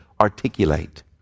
Articulate